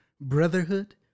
brotherhood